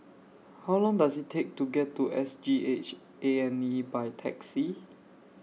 How Long Does IT Take to get to S G H A and E By Taxi